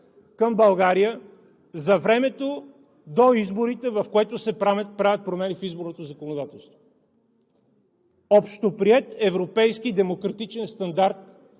към България за времето до изборите, в което се правят промени в изборното законодателство. Общоприет европейски, демократичен стандарт